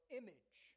image